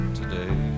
today